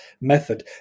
method